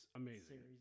amazing